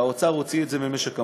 שהאוצר הוציא את זה ממשק המים.